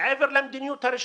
מעבר למדיניות הרשמית,